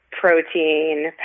protein